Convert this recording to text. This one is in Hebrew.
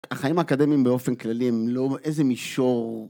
החיים האקדמיים באופן כללי הם לא איזה מישור.